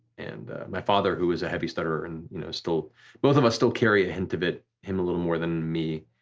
and my father, who was a heavy stutterer, and you know both of us still carry a hint of it, him a little more than me,